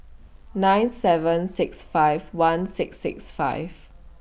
nine seven six five one six six five